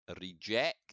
reject